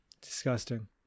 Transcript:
Disgusting